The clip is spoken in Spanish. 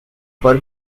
por